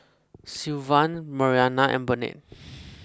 Sylvan Marianna and Burnett